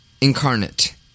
incarnate